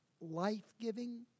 life-giving